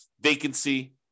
vacancy